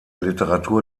literatur